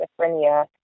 schizophrenia